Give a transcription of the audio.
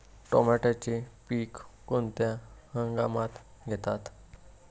टोमॅटोचे पीक कोणत्या हंगामात घेतात?